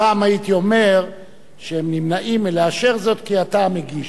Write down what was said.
פעם הייתי אומר שהם נמנעים מלאשר זאת כי אתה המגיש.